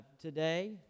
today